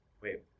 Wait